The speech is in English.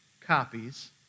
copies